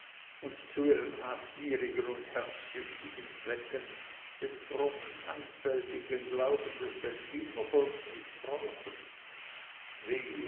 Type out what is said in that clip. und zu ihren habgierigen und herrschsüchtigen zwecken den frommen einfältigen glauben des veltlinervolks mißbrauchen wehe